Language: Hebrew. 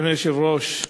אדוני היושב-ראש,